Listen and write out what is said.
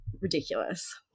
ridiculous